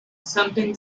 something